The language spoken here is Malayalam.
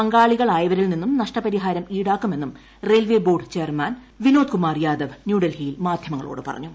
പങ്കാളികളായവരിൽ നിന്നൂർ ് നഷ്ടപരിഹാരം ഈടാക്കുമെന്നും railway board chairman Vinod Kumar Yadav ന്യൂഡൽഹിയിൽ മാധ്യ്മുങ്ങ്ളോട് പറഞ്ഞു